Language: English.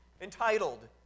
entitled